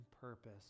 purpose